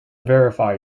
verify